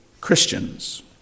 Christians